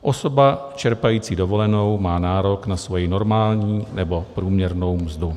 Osoba čerpající dovolenou má nárok na svoji normální nebo průměrnou mzdu.